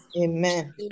Amen